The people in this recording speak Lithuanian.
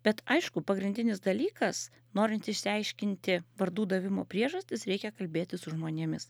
bet aišku pagrindinis dalykas norint išsiaiškinti vardų davimo priežastis reikia kalbėtis su žmonėmis